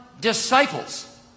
Disciples